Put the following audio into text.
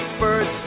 birds